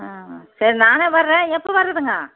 ஆ சரி நானே வரேன் எப்போ வரதுங்க